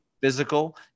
physical